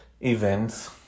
events